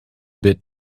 bit